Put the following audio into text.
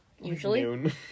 Usually